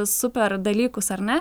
super dalykus ar ne